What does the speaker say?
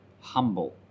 humble